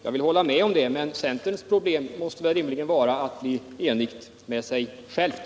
Jag vill hålla med om det, men centerpartiets problem måste rimligen vara att bli enigt med sig självt.